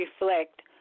reflect